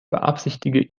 beabsichtige